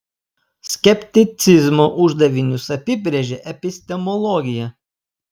skepticizmo uždavinius apibrėžia epistemologija